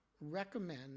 recommend